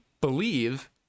believe